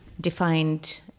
defined